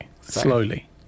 Slowly